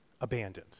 abandoned